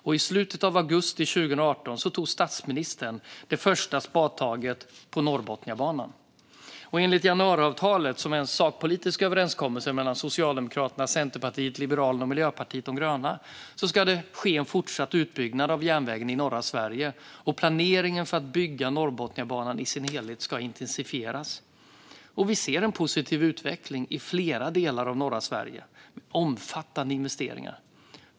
I slutet av augusti 2018 tog statsministern det första spadtaget på Norrbotniabanan. Enligt januariavtalet, som är en sakpolitisk överenskommelse mellan Socialdemokraterna, Centerpartiet, Liberalerna och Miljöpartiet de gröna, ska fortsatt utbyggnad av järnvägen i norra Sverige ske, och planeringen för att bygga Norrbotniabanan i sin helhet ska intensifieras. Vi ser en positiv utveckling i flera delar av norra Sverige, med omfattande investeringar.